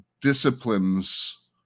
disciplines